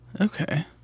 Okay